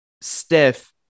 stiff